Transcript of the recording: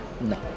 No